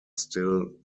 still